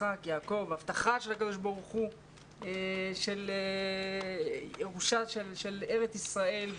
יצחק ויעקב והבטחה של הקדוש ברוך הוא על ירושה של ארץ ישראל.